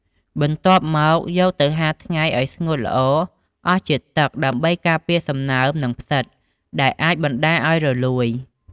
បន្ទាប់មក យកទៅហាលថ្ងៃឲ្យស្ងួតល្អអស់ជាតិទឹក ដើម្បីការពារសំណើម និងផ្សិត ដែលអាចបណ្ដាលឲ្យរលួយ។